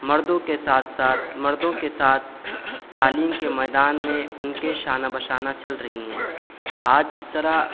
مردوں کے ساتھ ساتھ مردوں کے ساتھ تعلیم کے میدان میں ان کے شانہ بہ شانہ چل رہی ہیں آج جس طرح